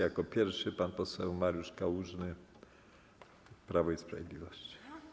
Jako pierwszy pan poseł Mariusz Kałużny, Prawo i Sprawiedliwość.